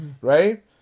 Right